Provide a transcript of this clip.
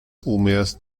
húmedas